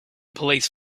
police